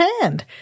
hand